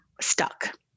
stuck